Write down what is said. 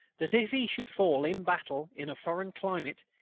that if he should fall in battle in a foreign climate,